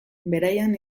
beraien